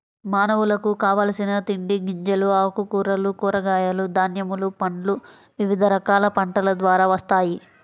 మానవులకు కావలసిన తిండి గింజలు, ఆకుకూరలు, కూరగాయలు, ధాన్యములు, పండ్లు వివిధ రకాల పంటల ద్వారా వస్తాయి